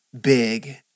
big